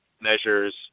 measures